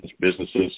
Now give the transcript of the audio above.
businesses